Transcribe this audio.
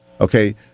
Okay